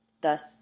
Thus